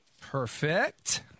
Perfect